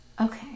okay